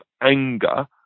anger